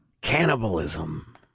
Cannibalism